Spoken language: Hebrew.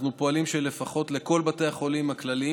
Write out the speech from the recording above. אנחנו פועלים שלכל בתי החולים הכלליים